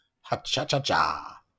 Ha-cha-cha-cha